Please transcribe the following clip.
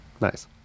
nice